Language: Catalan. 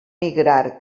migrar